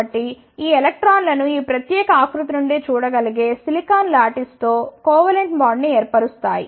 కాబట్టి ఈ ఎలక్ట్రాన్లు ఈ ప్రత్యేక ఆకృతి నుండి చూడగలిగే సిలికాన్ లాటిస్తో కోవలెంట్ బాండ్ ని ఏర్పరుస్తాయి